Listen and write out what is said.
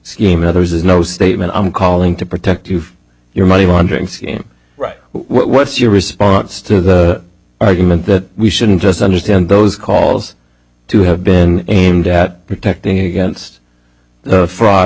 scheme or there is no statement i'm calling to protect you from your money wandering scheme right what's your response to the argument that we shouldn't just understand those calls to have been aimed at protecting against the fraud